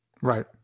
Right